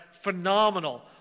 phenomenal